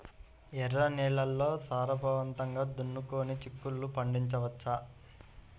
ఎర్ర నేలల్లో సారవంతంగా దున్నుకొని చిక్కుళ్ళు పండించవచ్చు